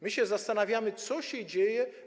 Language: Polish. My się zastanawiamy, co się dzieje.